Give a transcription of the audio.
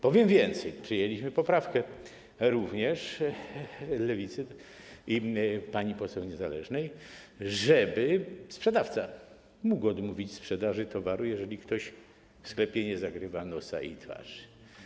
Powiem więcej, przyjęliśmy również poprawkę Lewicy i pani poseł niezależnej, żeby sprzedawca mógł odmówić sprzedaży towaru, jeżeli ktoś w sklepie nie zakrywa nosa i twarzy.